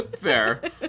Fair